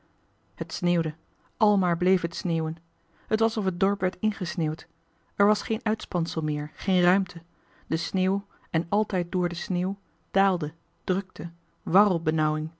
sneeuwde almaar bleef het sneeuwen t was of het dorp werd ingesneeuwd er was geen uitspansel meer geen ruimte de sneeuw en altijd door de sneeuw daalde drukte